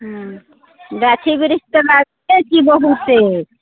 हँ गाछी वृक्ष तऽ लगैले छी बहुते